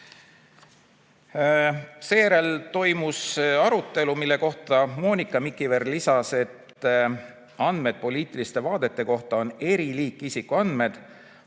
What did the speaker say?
Seejärel toimus arutelu, kus Monika Mikiver lisas, et andmed poliitiliste vaadete kohta on [üks isikuandmete